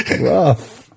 rough